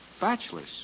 Bachelors